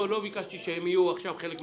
לא ביקשתי שהם יהיו עכשיו חלק מהתקנות.